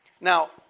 Now